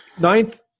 ninth